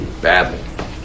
badly